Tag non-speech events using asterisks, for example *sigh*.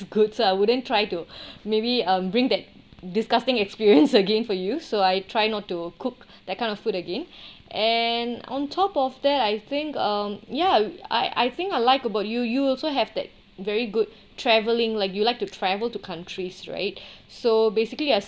good ah would then try to maybe um bring that disgusting experience again for you so I try not to cook that kind of food again *breath* and on top of that I think um ya I I think I like about you you also have that very good travelling like you would like to travel to countries right *breath* so basically I